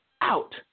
Out